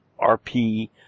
RP